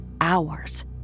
hours